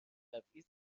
تبعیض